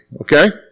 Okay